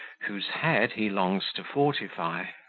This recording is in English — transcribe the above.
whose head he longs to fortify.